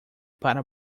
para